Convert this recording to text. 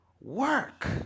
work